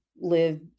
Live